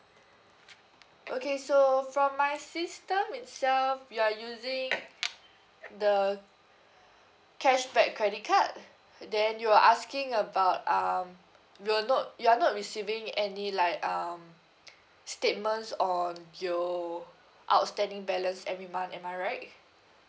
okay so from my system itself you are using the cashback credit card then you are asking about um you are not you are not receiving any like um statements on your outstanding balance every month am I right